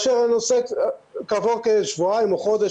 כעבור כשבועיים או חודש,